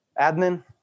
admin